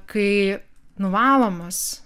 kai nuvalomas